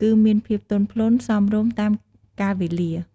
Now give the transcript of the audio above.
គឺមានភាពទន់ភ្លន់សមរម្យតាមកាលវេលា។